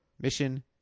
Mission